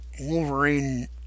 Wolverine